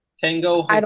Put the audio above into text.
Tango